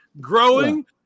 growing